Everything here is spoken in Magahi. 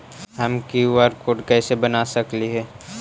हम कियु.आर कोड कैसे बना सकली ही?